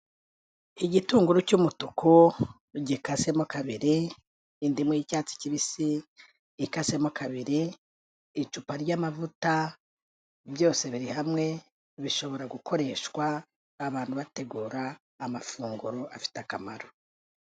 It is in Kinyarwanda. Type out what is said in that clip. Igitunguru cy'umutuku, gikasemo kabiri, indimu y'icyatsi kibisi, ikasemo kabiri, icupa ry'amavuta, byose biri hamwe, bishobora gukoreshwa abantu bategura amafunguro afite akamaro.